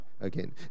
again